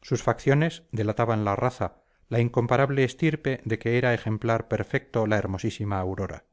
sus facciones delataban la raza la incomparable estirpe de que era ejemplar perfecto la hermosísima aurora